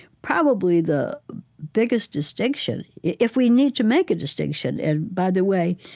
probably the biggest distinction if we need to make a distinction, and by the way,